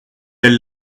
elle